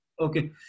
Okay